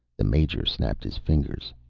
the major snapped his fingers.